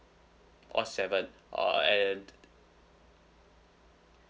all seven uh and